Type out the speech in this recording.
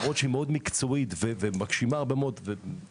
למרות שהיא מקצועית מאוד ומגשימה הרבה מאוד הישגים,